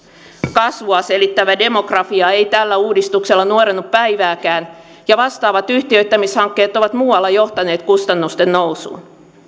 kasvua selittävä demografia ei tällä uudistuksella nuorennu päivääkään ja vastaavat yhtiöittämishankkeet ovat muualla johtaneet kustannusten nousuun